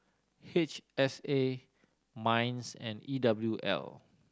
H S A MINDS and E W L